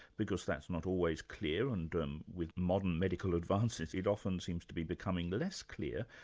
because that's not always clear, and um with modern medical advances, it often seems to be becoming less clear,